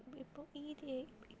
ഇപ്പോൾ ഇപ്പോൾ ഇപ്പോഴത്തെ